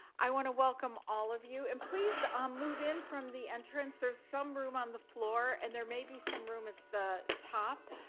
i want to welcome all of you. and please, um move in from the entrance. there's some room on the floor, and there may be some room at the top